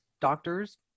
doctors